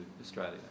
Australia